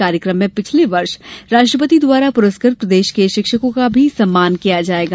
कार्यक्रम में पिछले वर्ष राष्ट्रपति द्वारा पुरस्कृत प्रदेश के शिक्षकों का सम्मान भी किया जायेगा